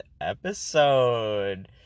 episode